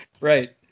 right